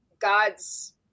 gods